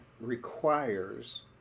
requires